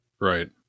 Right